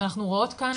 ואנחנו רואות כאן,